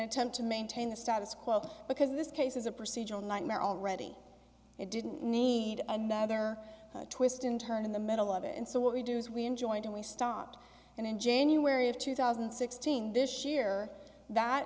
attempt to maintain the status quo because this case is a procedural nightmare already it didn't need another twist and turn in the middle of it and so what we do is we enjoined and we stopped and in january of two thousand and sixteen this year that